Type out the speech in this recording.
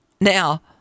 Now